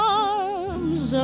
arms